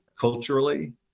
culturally